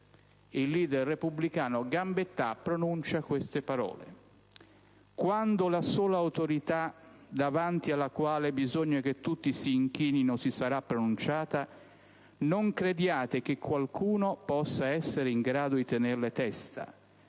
il *leader* repubblicano Gambetta pronuncia queste parole: «Quando la sola autorità davanti alla quale bisogna che tutti si inchinino si sarà pronunciata, non crediate che qualcuno possa essere in grado di tenerle testa.